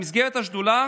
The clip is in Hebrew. במסגרת השדולה